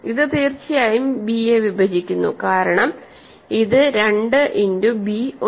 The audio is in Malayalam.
ഇത് തീർച്ചയായും ബിയെ വിഭജിക്കുന്നു കാരണം ഇത് 2 ഇന്റു ബി ഉണ്ട്